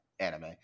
anime